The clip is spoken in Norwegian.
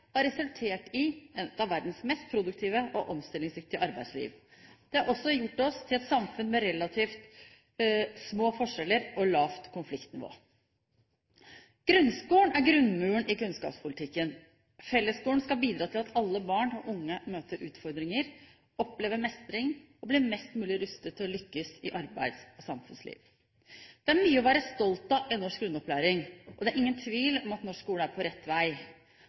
folket har resultert i et av verdens mest produktive og omstillingsdyktige arbeidsliv. Det har også gjort oss til et samfunn med relativt små forskjeller og lavt konfliktnivå. Grunnskolen er grunnmuren i kunnskapspolitikken. Fellesskolen skal bidra til at alle barn og unge møter utfordringer, opplever mestring og blir best mulig rustet til å lykkes i arbeids- og samfunnsliv. Det er mye å være stolt av i norsk grunnopplæring, og det er ingen tvil om at norsk skole er på rett vei.